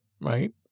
right